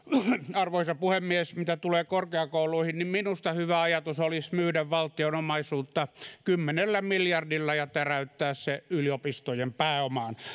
arvoisa puhemies mitä tulee korkeakouluihin niin niin minusta hyvä ajatus olisi myydä valtion omaisuutta kymmenellä miljardilla ja täräyttää se yliopistojen pääomaan